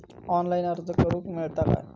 Online अर्ज करूक मेलता काय?